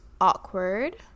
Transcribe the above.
awkward